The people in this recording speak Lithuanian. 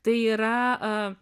tai yra